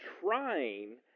trying